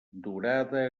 dorada